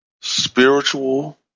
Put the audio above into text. spiritual